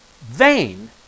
vain